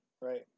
Right